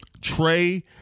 Trey